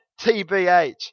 TBH